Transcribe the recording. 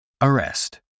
Arrest